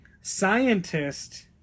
scientist